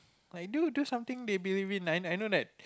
like do do something they believe in I I I know that